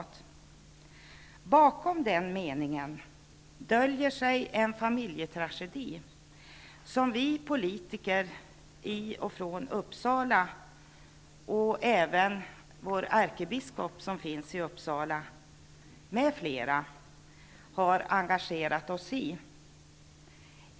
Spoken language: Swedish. Bakom den meningen döljer sig en familjetragedi som vi politiker från Uppsala och även vår ärkebiskop som finns i Uppsala med flera har engagerat oss i.